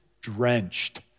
drenched